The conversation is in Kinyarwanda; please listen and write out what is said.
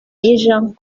jean